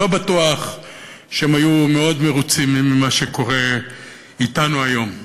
לא בטוח שהם היו מאוד מרוצים ממה שקורה אתנו היום.